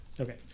okay